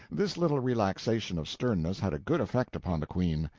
this little relaxation of sternness had a good effect upon the queen.